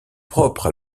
propre